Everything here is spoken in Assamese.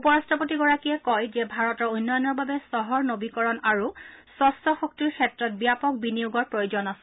উপ ৰট্টপতিগৰাকীয়ে কয়ে যে ভাৰতৰ উন্নয়নৰ বাবে চহৰ নবীকৰণ আৰু স্বচ্ছ শক্তিৰ ক্ষেত্ৰত ব্যাপক বিনিযোগৰ প্ৰয়োজন আছে